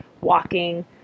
walking